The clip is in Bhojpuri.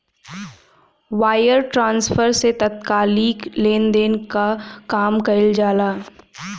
वायर ट्रांसफर से तात्कालिक लेनदेन कअ काम कईल जाला